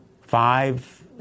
five